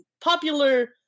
Popular